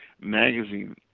magazine